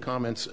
comments